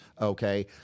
Okay